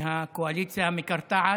והקואליציה המקרטעת.